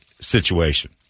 situation